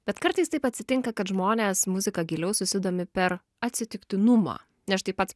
bet kartais taip atsitinka kad žmonės muzika giliau susidomi per atsitiktinumą nes štai pats